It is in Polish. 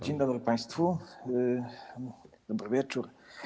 Dzień dobry państwu, dobry wieczór.